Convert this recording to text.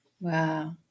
Wow